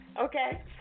okay